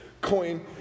coin